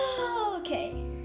Okay